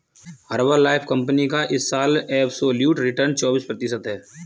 Herbalife company का इस साल एब्सोल्यूट रिटर्न चौबीस प्रतिशत है